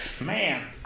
man